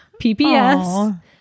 pps